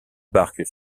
barque